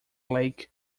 lake